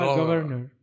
governor